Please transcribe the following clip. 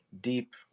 deep